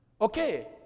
Okay